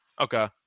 Okay